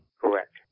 Correct